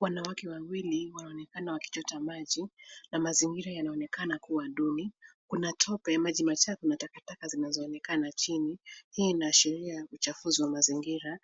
Wanawake wawili wanaonekana wakichota maji, na mazingira yanaonekana kuwa duni, kuna tope, maji machafu na takataka zinazo onekana chini ,hii inaashiria ya kuchafuzwa mazingira,